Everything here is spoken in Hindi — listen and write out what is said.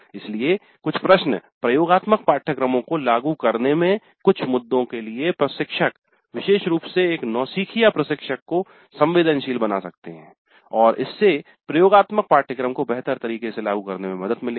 इसलिए कुछ प्रश्न प्रयोगात्मक पाठ्यक्रमों को लागू करने में कुछ मुद्दों के लिए प्रशिक्षक विशेष रूप से एक नौसिखिया प्रशिक्षक को संवेदनशील बना सकते हैं और इससे प्रयोगात्मक पाठ्यक्रम को बेहतर तरीके से लागू करने में मदद मिलेगी